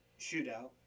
shootout